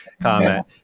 comment